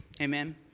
amen